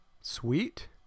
Sweet